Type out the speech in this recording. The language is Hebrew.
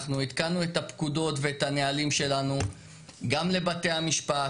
אנחנו עדכנו את הפקודות ואת הנהלים שלנו גם לבתי המשפט,